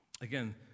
Again